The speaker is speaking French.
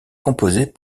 composée